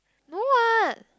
no what